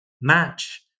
match